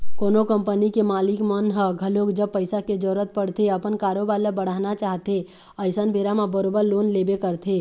कोनो कंपनी के मालिक मन ह घलोक जब पइसा के जरुरत पड़थे अपन कारोबार ल बढ़ाना चाहथे अइसन बेरा म बरोबर लोन लेबे करथे